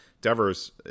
Devers